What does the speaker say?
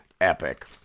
epic